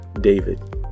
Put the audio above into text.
David